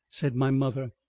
said my mother.